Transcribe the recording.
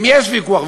אם יש ויכוח,